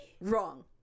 Wrong